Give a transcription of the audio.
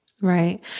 Right